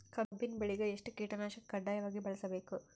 ಕಬ್ಬಿನ್ ಬೆಳಿಗ ಎಷ್ಟ ಕೀಟನಾಶಕ ಕಡ್ಡಾಯವಾಗಿ ಬಳಸಬೇಕು?